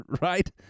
right